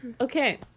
Okay